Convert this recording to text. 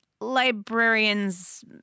librarians